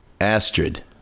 Astrid